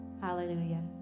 Hallelujah